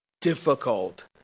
difficult